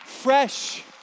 fresh